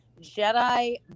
Jedi